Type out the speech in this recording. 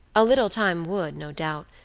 a little time would, no doubt,